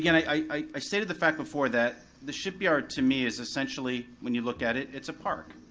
you know i stated the fact before that the shipyard to me is essentially, when you look at it, it's a park.